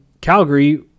Calgary